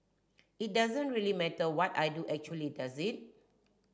it doesn't really matter what I do actually does it